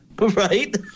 Right